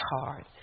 hard